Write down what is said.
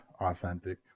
authentic